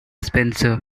spencer